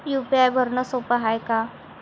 UPI भरनं सोप हाय का?